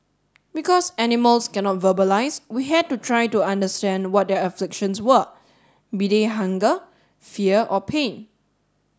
because animals cannot verbalise we had to try to understand what their afflictions were be they hunger fear or pain